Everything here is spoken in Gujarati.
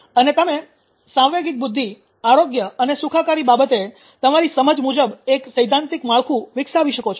અને તમે સાંવેગિક બુદ્ધિ આરોગ્ય અને સુખાકારી બાબતે તમારી સમજ મુજબ એક સૈદ્ધાંતિક માળખું વિકસાવી શકો છો